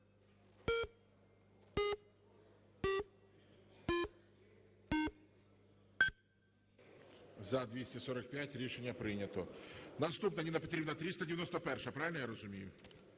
За-245 Рішення прийнято. Наступна, Ніна Петрівна, 391-а, правильно я розумію?